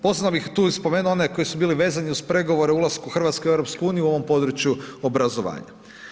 Posebno bih tu i spomenuo one koji su bili vezani uz pregovore ulasku Hrvatske u EU u ovom području obrazovanja.